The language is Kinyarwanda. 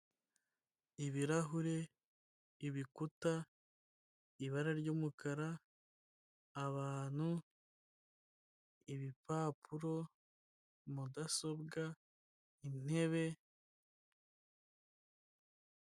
Ibirahure, ibikuta, ibara ry'umukara, abantu, ibipapuro, mudasobwa, intebe.